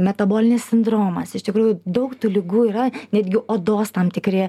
metabolinis sindromas iš tikrųjų daug tų ligų yra netgi odos tam tikri